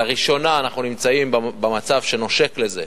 לראשונה אנחנו נמצאים במצב שנושק לזה,